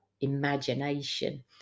imagination